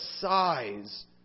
size